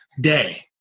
day